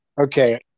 Okay